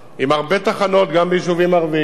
עם הרבה תחנות גם ביישובים ערביים,